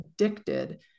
addicted